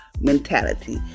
mentality